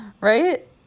Right